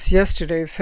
yesterday